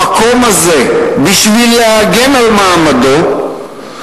המקום הזה, בשביל להגן על מעמדו,